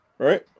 Right